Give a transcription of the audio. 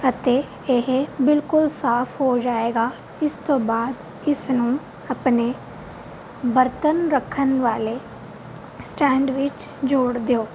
ਅਤੇ ਇਹ ਬਿਲਕੁਲ ਸਾਫ਼ ਹੋ ਜਾਵੇਗਾ ਇਸ ਤੋਂ ਬਾਅਦ ਇਸ ਨੂੰ ਆਪਣੇ ਬਰਤਨ ਰੱਖਣ ਵਾਲੇ ਸਟੈਂਡ ਵਿੱਚ ਜੋੜ ਦਿਓ